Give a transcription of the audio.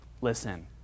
listen